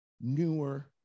newer